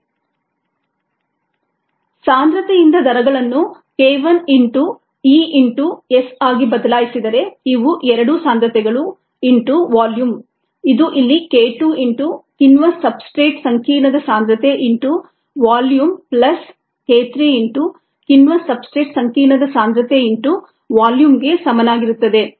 rgES rcES d mESdt ≅ 0 rgES rcES ಸಾಂದ್ರತೆಯಿಂದ ದರಗಳನ್ನು k 1 into E into S ಆಗಿ ಬದಲಾಯಿಸಿದರೆ ಇವು ಎರಡೂ ಸಾಂದ್ರತೆಗಳು ಇಂಟು ವಾಲ್ಯೂಮ್ ಇದು ಇಲ್ಲಿ k 2 ಇಂಟು ಕಿಣ್ವ ಸಬ್ಸ್ಟ್ರೇಟ್ ಸಂಕೀರ್ಣದ ಸಾಂದ್ರತೆ into volume plus k 3 into ಕಿಣ್ವ ಸಬ್ಸ್ಟ್ರೇಟ್ ಸಂಕೀರ್ಣದ ಸಾಂದ್ರತೆ ಇಂಟು ವಾಲ್ಯೂಮ್ಗೆ ಸಮಾನಾಗಿರುತ್ತದೆ